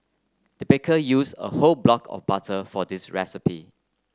the baker used a whole block of butter for this recipe